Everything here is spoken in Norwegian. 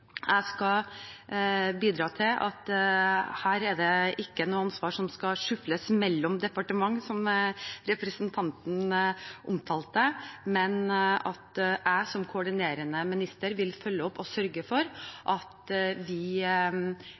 jeg skal bidra til at her er det ikke noe ansvar som skal «skyfles» mellom departementer, som representanten omtalte det, men at jeg som koordinerende minister vil følge opp og sørge for at vi